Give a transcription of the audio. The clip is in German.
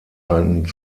ein